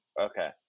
Okay